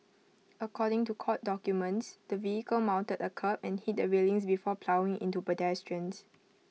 according to court documents the vehicle mounted A kerb and hit the railings before ploughing into pedestrians